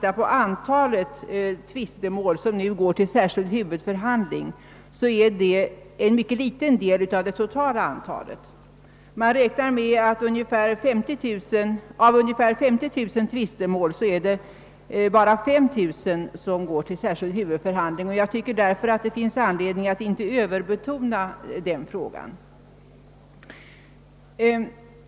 antalet mål som går till särskild huvudförhandling utgör en myc ket liten del av det totala antalet. Av ungefär 50 000 tvistemål går bara 5 000 till särskild huvudförhandling. Jag tycker därför att det inte finns anledning att överbetona den frågan.